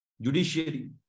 Judiciary